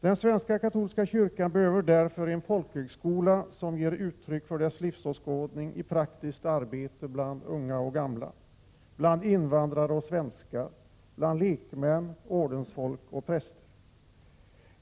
Den svenska katolska kyrkan behöver därför en folkhögskola som ger uttryck för dess livsåskådning i praktiskt arbete bland unga och gamla, bland invandrare och svenskar, bland lekmän, ordensfolk och präster.